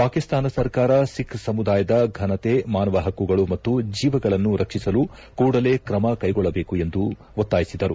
ಪಾಕಿಸ್ತಾನ ಸರ್ಕಾರ ಸಿಖ್ ಸಮುದಾಯದ ಘನತೆ ಮಾನವ ಪಕ್ಷುಗಳು ಮತ್ತು ಜೀವಗಳನ್ನು ರಕ್ಷಿಸಲು ಕೂಡಲೇ ಕ್ರಮ ಕ್ರೆಗೊಳ್ಳಬೇಕು ಎಂದು ಅವರು ಒತ್ತಾಯಿಸಿದರು